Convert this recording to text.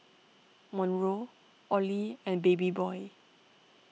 Monroe Olie and Babyboy